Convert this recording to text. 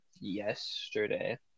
yesterday